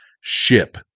Ship